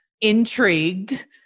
intrigued